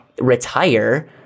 retire